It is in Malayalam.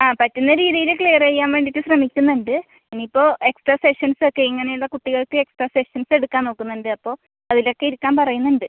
ആ പറ്റുന്ന രീതിയിൽ ക്ലിയറ് ചെയ്യാൻ വേണ്ടീട്ട് ശ്രമിക്കുന്നുണ്ട് ഇനി ഇപ്പോൾ എക്സ്ട്രാ സെഷൻസ് ഒക്കെ ഇങ്ങനെ ഇള്ള കുട്ടികൾക്ക് എക്സ്ട്രാ സെഷൻസ് എടുക്കാൻ നോക്കുന്നുണ്ട് അപ്പോൾ അതിൽ ഒക്കെ ഇരിക്കാൻ പറയുന്നുണ്ട്